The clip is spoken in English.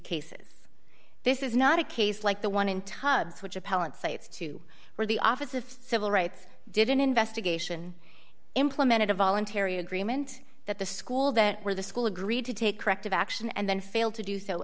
cases this is not a case like the one in tubs which appellant cites to where the office of civil rights did an investigation implemented a voluntary agreement that the school that where the school agreed to take corrective action and then failed to do so